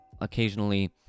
Occasionally